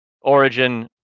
origin